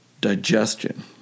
digestion